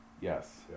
Yes